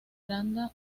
aranda